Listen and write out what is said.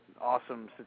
awesome